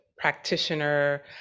practitioner